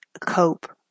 cope